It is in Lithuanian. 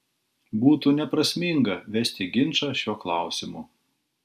būtų neprasminga vesti ginčą šiuo klausimu